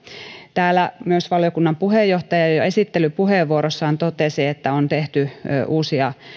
täällä myös valiokunnan puheenjohtaja jo jo esittelypuheenvuorossaan totesi että on tehty uusia